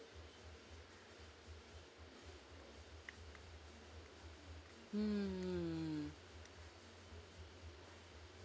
mm